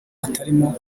atarimo